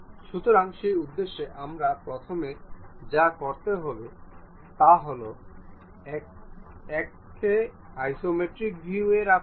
সুতরাং সেই উদ্দেশ্যে আমাদের প্রথমে যা করতে হবে তা হল একে আইসোমেট্রিক ভিউ এ রাখুন